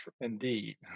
indeed